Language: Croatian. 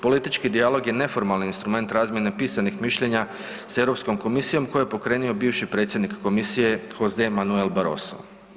Politički dijalog je neformalni instrument razmjene pisanih mišljenja sa Europskom komisijom koju je pokrenuo bivši predsjednik komisije Jose Manuel Barroso.